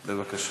בבקשה.